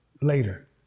later